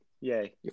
Yay